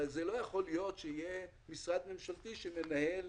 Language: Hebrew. לא יכול להיות שיהיה משרד ממשלתי שמנהל